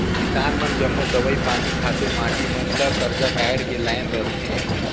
किसान मन जम्मो दवई पानी, खातू माटी मन ल करजा काएढ़ के लाएन रहथें